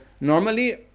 normally